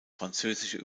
französische